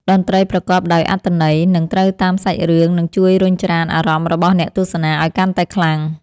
តន្ត្រីប្រកបដោយអត្ថន័យ និង ត្រូវតាមសាច់រឿងនឹងជួយរុញច្រានអារម្មណ៍របស់អ្នកទស្សនាឱ្យកាន់តែខ្លាំង។